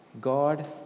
God